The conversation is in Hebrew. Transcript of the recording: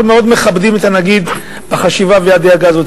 אנחנו מאוד מכבדים את הנגיד על החשיבה והדאגה הזאת,